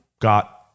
got